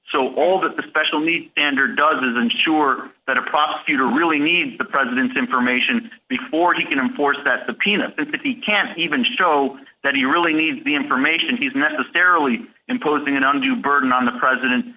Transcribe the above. that the special need and or does is ensure that a prosecutor really needs the president's information before he can enforce that subpoena if he can't even show that he really needs the information he's necessarily imposing an undue burden on the president